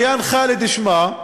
ביאן ח'אלד שמה,